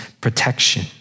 protection